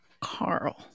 Carl